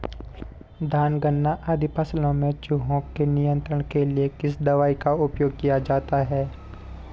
धान गन्ना आदि फसलों में चूहों के नियंत्रण के लिए किस दवाई का उपयोग किया जाता है?